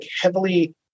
heavily